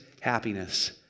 happiness